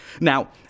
Now